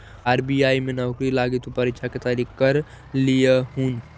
RBI में नौकरी लागी तु परीक्षा के तैयारी कर लियहून